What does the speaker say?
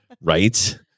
Right